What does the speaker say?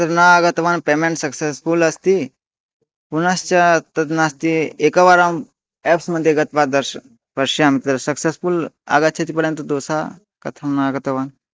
तद् न आगतवान् पेमेन्ट् सेक्सस्फ़ुल् अस्ति पुनश्च तद् नास्ति एकवारं आप्स्मध्ये गत्वा दर्श पश्यन्तु सेक्सस्फ़ुल् आगच्छति परन्तु दोसा कथम् नागतवान्